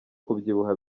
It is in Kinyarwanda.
kubyibuha